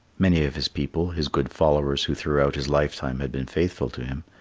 many of his people, his good followers who throughout his lifetime had been faithful to him,